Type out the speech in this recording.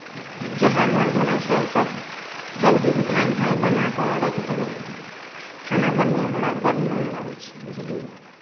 जएह मोन भेलनि सेसभ जल्दीमे धाँय धाँय बना कऽ आओर राखि देलहुँ खाना बनबैमे हमरा बड मोन लागै छै बुझलियै